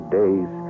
days